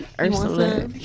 ursula